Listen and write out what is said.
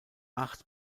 acht